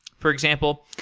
for example,